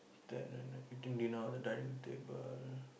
the the the pretend that you know all the director people